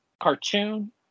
cartoon